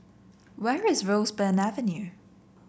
where is Roseburn Avenue